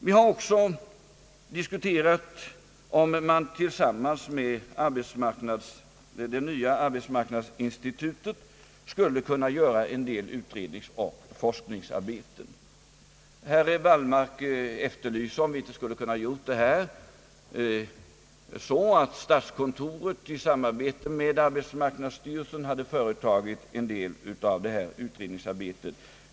Vi har också diskuterat om man tillsammans med det nya = arbetsmarknadsinstitutet = skulle kunna göra en del utredningsoch forskningsarbete. Herr Wallmark efterlyser om vi inte skulle ha kunnat göra detta så att statskontoret i samarbete med arbetsmarknadsstyrelsen hade företagit en del av detta utredningsarbete.